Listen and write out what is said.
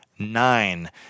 Nine